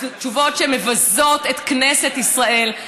תשובות שמבזות את כנסת ישראל.